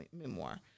memoir